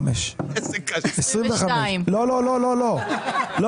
25. 22. לא, לא, לא.